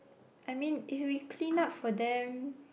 I mean if we clean up for them